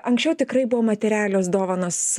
anksčiau tikrai buvo materialios dovanos